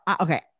okay